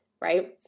right